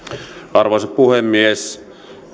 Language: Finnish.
arvoisa puhemies